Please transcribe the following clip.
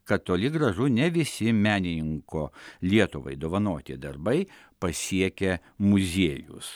kad toli gražu ne visi menininko lietuvai dovanoti darbai pasiekė muziejus